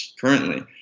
currently